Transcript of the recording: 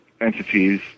entities